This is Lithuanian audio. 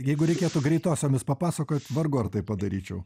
jeigu reikėtų greitosiomis papasakot vargu ar tai padaryčiau